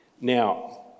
Now